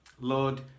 Lord